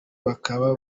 bakaba